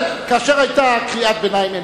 כאשר היתה קריאת ביניים,